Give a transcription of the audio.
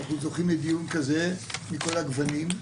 אנחנו זוכים לדיו כזה מכל הגוונים,